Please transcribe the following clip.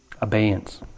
abeyance